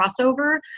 crossover